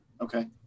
Okay